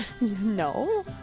No